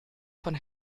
von